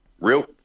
real